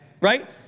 right